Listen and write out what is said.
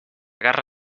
garra